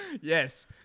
Yes